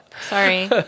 Sorry